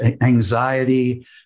anxiety